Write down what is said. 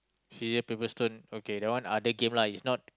scissor paper stone okay that one other game if not